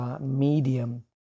medium